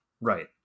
Right